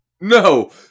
No